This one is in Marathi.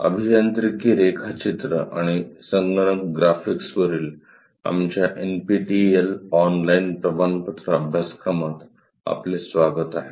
अभियांत्रिकी रेखाचित्र आणि संगणक ग्राफिक्सवरील आमच्या एनपीटीईएल ऑनलाईन प्रमाणपत्र अभ्यासक्रमात आपले स्वागत आहे